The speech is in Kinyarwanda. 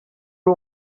uri